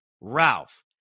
Ralph